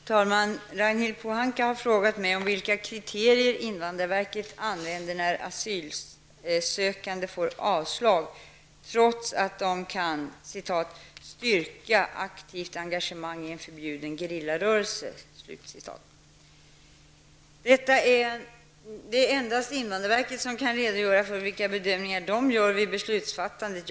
Herr talman! Ragnhild Pohanka har frågat mig vilka kriterier invandrarverket använder när asylsökande får avslag, trots att de kan ''styrka aktivt engagemang i en förbjuden gerillarörelse''. Det är endast invandrarverket som kan redogöra för vilka bedömningar som verket gör vid beslutsfattandet.